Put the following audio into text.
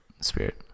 spirit